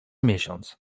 miesiąc